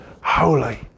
holy